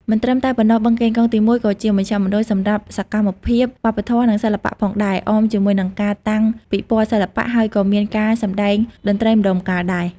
មិនត្រឹមតែប៉ុណ្ណោះ បឹងកេងកងទី១ក៏ជាមជ្ឈមណ្ឌលសម្រាប់សកម្មភាពវប្បធម៌ និងសិល្បៈផងដែរ អមជាមួយនឹងការតាំងពិពណ៌សិល្បៈ ហើយក៏មានការសម្តែងតន្ត្រីម្តងម្កាលដែរ។